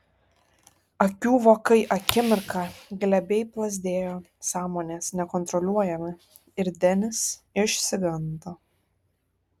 akių vokai akimirką glebiai plazdėjo sąmonės nekontroliuojami ir denis išsigando